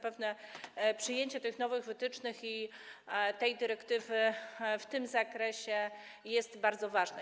Przyjęcie tych nowych wytycznych i tej dyrektywy w tym zakresie jest bardzo ważne.